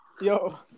Yo